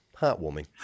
Heartwarming